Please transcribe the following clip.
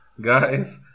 guys